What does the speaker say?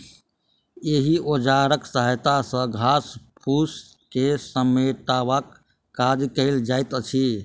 एहि औजारक सहायता सॅ घास फूस के समेटबाक काज कयल जाइत अछि